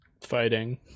fighting